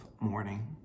morning